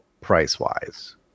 price-wise